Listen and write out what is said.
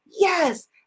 Yes